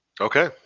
Okay